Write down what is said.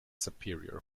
superior